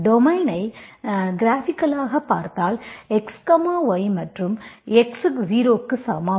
டொமைனை க்ராபிகலாகப் பார்த்தால் x y மற்றும் x 0 க்கு சமம்